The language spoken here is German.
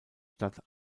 stadt